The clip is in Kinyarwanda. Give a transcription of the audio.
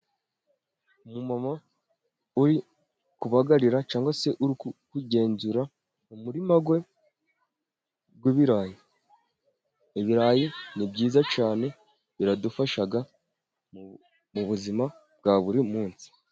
Umumama uri kubagarira cyagwa se uri kugenzura mu murima we w'ibirayi , ibirayi ni byiza cyane biradufasha mu buzima bwa buri munsi.